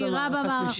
הוא יירה במערכה השלישית.